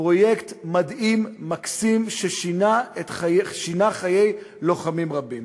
פרויקט מדהים, מקסים, ששינה חיי לוחמים רבים.